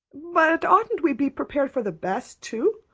but oughtn't we be prepared for the best too?